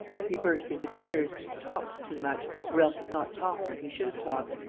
he burst into tears, talked too much, or else did not talk when he should have talked.